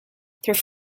through